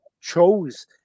chose